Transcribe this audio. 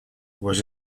was